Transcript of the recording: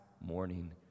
morning